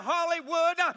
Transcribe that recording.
Hollywood